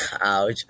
Ouch